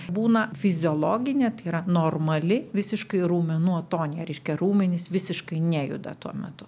būna fiziologinė tai yra normali visiškai raumenų atonija reiškia raumenys visiškai nejuda tuo metu